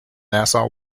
nassau